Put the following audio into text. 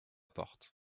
porte